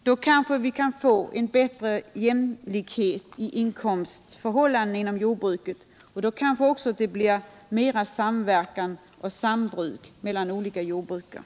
Då kanske vi kan få en bättre jämlikhet i inkomstförhållanden inom jordbruket, och då kanske det också blir mera samverkan och sambruk mellan olika jordbrukare.